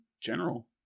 general